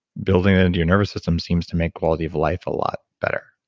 building it into your nervous system seems to make quality of life a lot better.